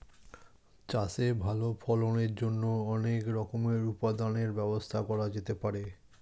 চাষে ভালো ফলনের জন্য অনেক রকমের উৎপাদনের ব্যবস্থা করা যেতে পারে